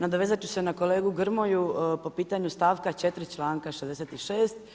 Nadovezat ću se na kolegu Grmoju po pitanju stavka 4. članka 66.